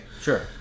Sure